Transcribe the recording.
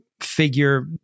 figure